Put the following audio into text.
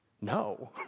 no